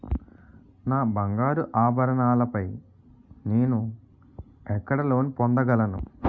నా బంగారు ఆభరణాలపై నేను ఎక్కడ లోన్ పొందగలను?